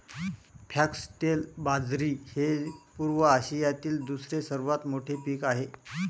foxtail बाजरी हे पूर्व आशियातील दुसरे सर्वात मोठे पीक आहे